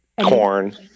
corn